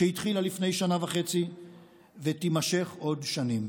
שהתחילה לפני שנה וחצי ותימשך עוד שנים.